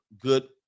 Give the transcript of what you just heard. good